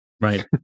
Right